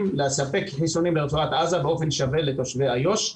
לספק חיסונים לרצועת עזה באופן שווה לתושבי איו"ש.